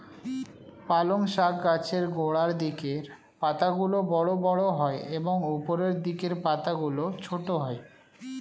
পালং শাক গাছের গোড়ার দিকের পাতাগুলো বড় বড় হয় এবং উপরের দিকের পাতাগুলো ছোট হয়